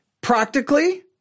Practically